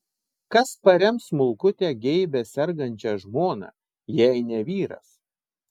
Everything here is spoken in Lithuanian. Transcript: kas parems smulkutę geibią sergančią žmoną jei ne vyras